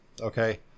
Okay